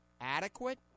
adequate